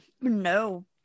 No